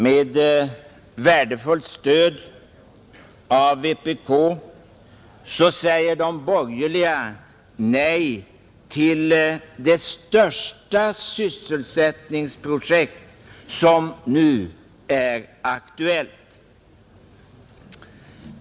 Med värdefullt stöd av vpk säger de borgerliga nej till det största sysselsättningsprojekt som nu är aktuellt.